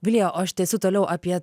vilija o aš tęsiu toliau apie